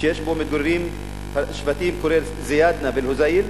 שמתגוררים בו השבטים זיאדנה והוזייל,